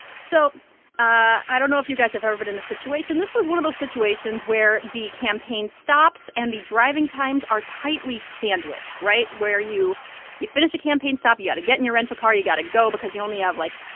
so i don't know if you guys have ever been in this situation. this was one of those situations where the campaign stops and the driving times are tightly sandwiched right? where you you finish a campaign stop, you got to get in your rental car. you got to go because you only have, like,